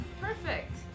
perfect